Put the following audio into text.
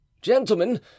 Gentlemen